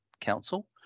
Council